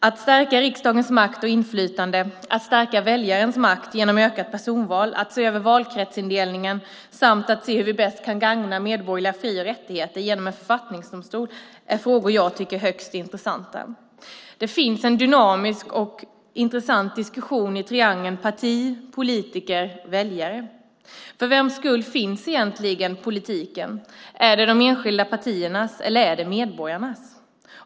Att stärka riksdagens makt och inflytande, att stärka väljarens makt genom ett ökat personval, att se över valkretsindelningen samt att se hur vi bäst kan gagna medborgerliga fri och rättigheter genom en författningsdomstol är frågor som jag tycker är högst intressanta. Det finns en dynamisk och intressant diskussion i triangeln parti-politiker-väljare. För vems skull finns egentligen politiken - för de enskilda partiernas eller för medborgarnas skull?